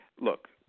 Look